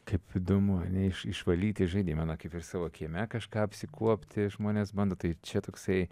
kaip įdomu ar ne iš išvalyti žaidimą na kaip ir savo kieme kažką apsikuopti žmonės bando tai čia toksai